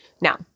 Now